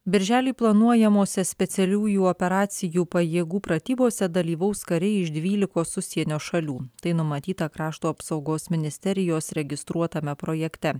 birželį planuojamose specialiųjų operacijų pajėgų pratybose dalyvaus kariai iš dvylikos užsienio šalių tai numatyta krašto apsaugos ministerijos registruotame projekte